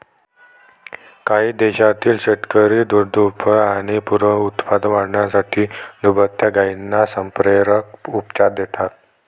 काही देशांतील शेतकरी दुग्धोत्पादन आणि पुनरुत्पादन वाढवण्यासाठी दुभत्या गायींना संप्रेरक उपचार देतात